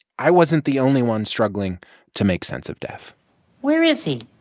i wasn't the only one struggling to make sense of death where is he?